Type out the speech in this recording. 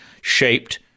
shaped